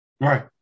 right